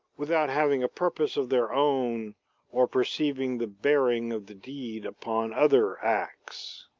without having a purpose of their own or perceiving the bearing of the deed upon other acts.